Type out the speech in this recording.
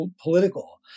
political